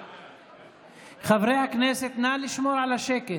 בהצבעה חברי הכנסת, נא לשמור על השקט.